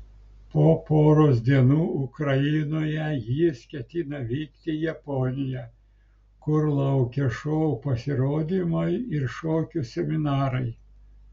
po poros dienų ukrainoje jis ketina vykti į japoniją kur laukia šou pasirodymai ir šokių seminarai